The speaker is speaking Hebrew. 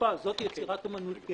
לקבוע - זו יצירת אומנות,